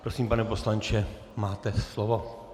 Prosím, pane poslanče, máte slovo.